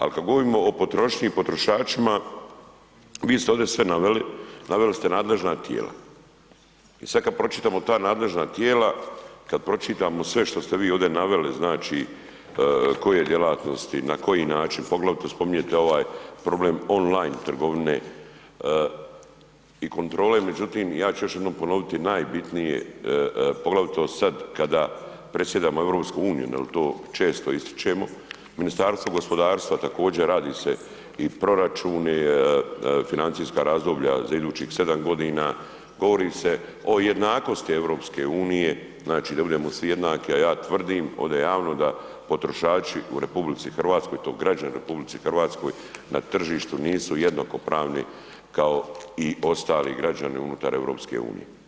Al kad govorimo o potrošnji i potrošačima, vi ste ovdje sve naveli, naveli ste nadležna tijela i sad kad pročitamo ta nadležna tijela, kad pročitamo sve što ste vi ovde naveli, znači koje djelatnosti na koji način poglavito spominjete ovaj problem on-line trgovine i kontrole, međutim ja ću još jednom ponoviti najbitnije poglavito sad kada predsjedamo EU jer to često ističemo, Ministarstvo gospodarstva također radi se i proračuni, financijska razdoblja za idućih 7 godina, govori se o jednakosti EU, znači da budemo svi jednaki, a ja tvrdim ovdje javno da potrošači u RH tj. građani u RH na tržištu nisu jednakopravni kao i ostali građani unutar EU.